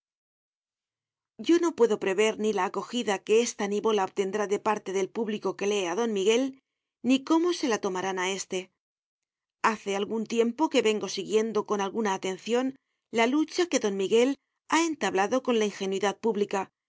yo no puedo prever ni la acojida que esta nivola obtendrá de parte del público que lee a don miguel ni cómo se la tomarán a éste hace algún tiempo que vengo siguiendo con alguna atención la lucha que don miguel ha entablado con la ingenuidad pública